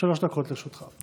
שלוש דקות לרשותך.